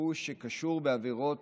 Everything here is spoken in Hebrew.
רכוש שקשור בעבירות